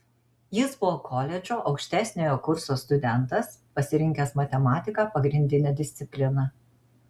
jis buvo koledžo aukštesniojo kurso studentas pasirinkęs matematiką pagrindine disciplina